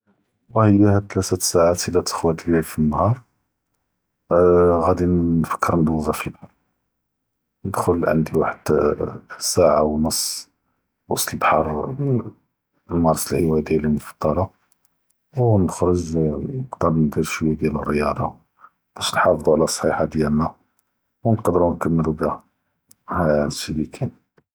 איה הד’אק תלאת סעות אם תעקעד ליא פ נהאר ג’אדי נפק’ר נדרוזה פשי, נדרחל וואחד שעה ונוס פוסת אלבח’ר, אלמרסה יעקעד ילמ פ טארה, ו נ’כרוג נבקא נדר שוי ריاضة באש נחאפזו עלא סיחה דיאלנא ו נקד’רו נקמלו בהא, הד’י ש’י לקאיין.